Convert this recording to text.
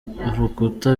urukuta